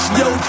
yo